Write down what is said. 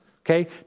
okay